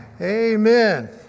Amen